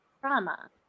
trauma